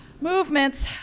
movements